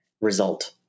result